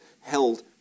held